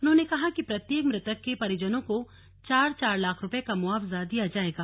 उन्होंने कहा कि प्रत्येक मृतक के परिजनों को चार चार लाख रूपये का मुआवजा दिया जाएगा